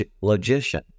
logician